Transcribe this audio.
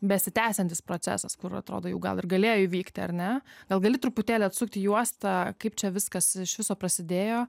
besitęsiantis procesas kur atrodo jau gal ir galėjo įvykti ar ne gal gali truputėlį atsukti juostą kaip čia viskas iš viso prasidėjo